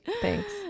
thanks